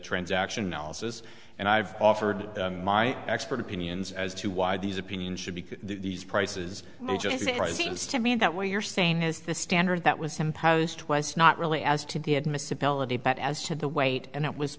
transaction analysis and i've offered my expert opinions as to why these opinions should be these prices just by seems to me that what you're saying is the standard that was imposed twice not really as to the admissibility but as to the weight and it was